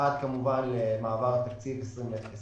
עד למעבר לתקציב 2021,